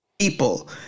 people